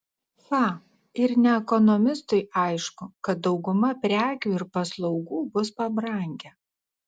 cha ir ne ekonomistui aišku kad dauguma prekių ir paslaugų bus pabrangę